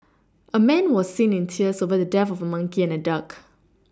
a man was seen in tears over the death of a monkey and a duck